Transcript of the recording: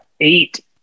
eight